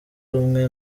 rumwe